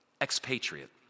Expatriate